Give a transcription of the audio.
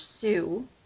Sue